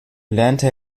lernte